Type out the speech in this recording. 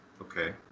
Okay